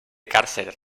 càrcer